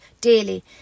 daily